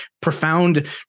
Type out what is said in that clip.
profound